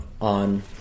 on